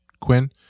Quinn